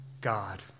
God